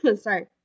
Sorry